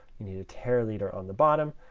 you need a teraliter on the bottom,